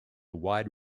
wide